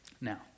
now